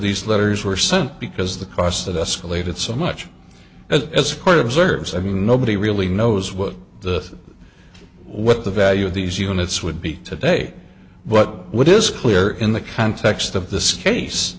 these letters were sent because the cost that escalated so much as court observes i mean nobody really knows what the what the value of these units would be today but what is clear in the context of this case